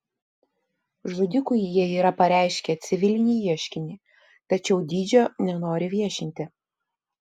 žudikui jie yra pareiškę civilinį ieškinį tačiau dydžio nenori viešinti